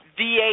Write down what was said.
VA